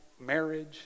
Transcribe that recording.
marriage